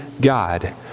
God